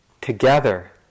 together